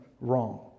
wrong